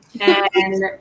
and-